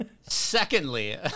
secondly